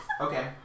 Okay